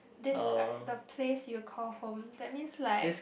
describe the place you call home that means like